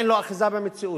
אין לו אחיזה במציאות.